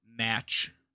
match